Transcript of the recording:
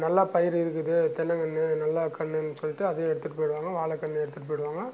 நல்லா பயிறு இருக்குது தென்னைங்கன்னு நல்ல கன்றுன்னு சொல்லிட்டு அதையும் எடுத்துட்டு போயிடுவாங்க வாழைக்கன்னையும் எடுத்துகிட்டு போயிடுவாங்க